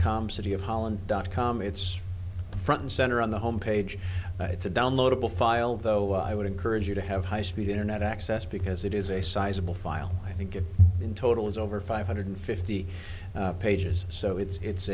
com city of holland dot com it's front and center on the home page it's a downloadable file though i would encourage you to have high speed internet access because it is a sizable file i think it in total is over five hundred fifty pages so it's it's